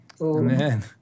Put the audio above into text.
Amen